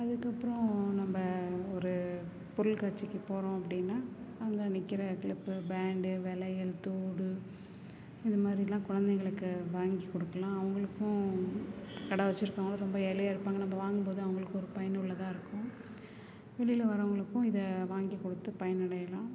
அதுக்கப்புறம் நம்ம ஒரு பொருள்காட்சிக்கு போகிறோம் அப்படின்னா அங்கே விக்கிற க்ளிப் பேண்டு வளையல் தோடு இது மாதிரிலாம் கொழந்தைகளுக்கு வாங்கி கொடுக்கலாம் அவங்களுக்கும் கடை வச்சிருக்கவுங்களும் ரொம்ப ஏழையாக இருப்பாங்க நம்ம வாங்கும்போது அவங்களுக்கு ஒரு பயனுள்ளதாக இருக்கும் வெளியில வர்றவங்களுக்கும் இதை வாங்கி கொடுத்து பயனடையலாம்